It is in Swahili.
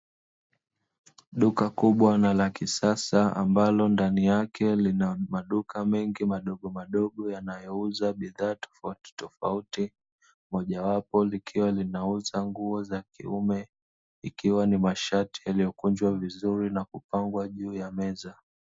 Duka kubwa na la kisasa ambalo ndani yake lina maduka mengi madogomadogo yanayouza bidhaa tofautitofauti, mojawapo likiwa linauza nguo za kiume ikiwa ni mashati yaliyokunjwa vizuri na kupangwa juu ya meza.